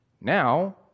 Now